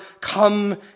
come